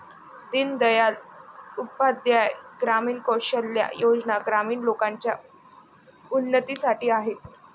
दीन दयाल उपाध्याय ग्रामीण कौशल्या योजना ग्रामीण लोकांच्या उन्नतीसाठी आहेत